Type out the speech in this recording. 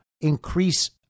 increase